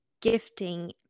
gifting